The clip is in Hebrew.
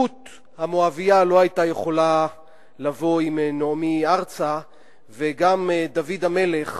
רות המואבייה לא היתה יכולה לבוא עם נעמי ארצה וגם דוד המלך